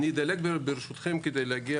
אדלג ברשותכם כדי להגיע